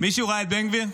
מישהו ראה את בן גביר?